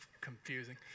confusing